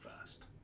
first